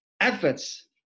efforts